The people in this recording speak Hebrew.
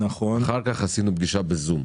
אחר כך עשינו פגישה בזום,